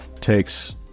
takes